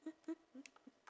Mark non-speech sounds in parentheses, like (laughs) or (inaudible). (laughs)